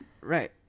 Right